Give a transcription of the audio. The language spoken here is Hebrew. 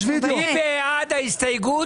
מי בעד ההסתייגות?